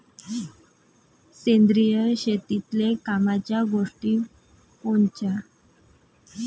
सेंद्रिय शेतीतले कामाच्या गोष्टी कोनच्या?